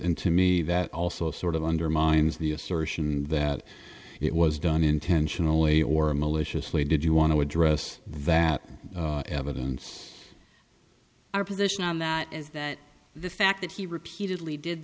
and to me that also sort of undermines the assertion that it was done intentionally or maliciously did you want to address that evidence our position on that is that the fact that he repeatedly did